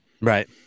Right